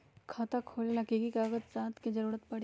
खाता खोले ला कि कि कागजात के जरूरत परी?